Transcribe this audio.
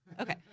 Okay